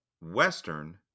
western